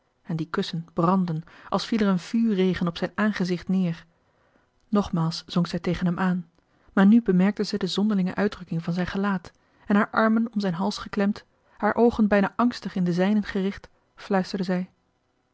en die kussen brandden als viel er een vuurregen op zijn aangemarcellus emants een drietal novellen zicht neer nogmaals zonk zij tegen hem aan maar nu bemerkte zij de zonderlinge uitdrukking van zijn gelaat en haar armen om zijn hals geklemd haar oogen bijna angstig in de zijnen gericht fluisterde zij